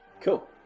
Cool